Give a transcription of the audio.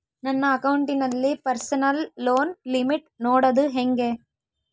ನನ್ನ ಅಕೌಂಟಿನಲ್ಲಿ personal loan limit ನೋಡದು ಹೆಂಗೆ?